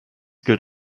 gilt